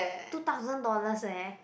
two thousand dollars leh